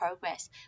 progress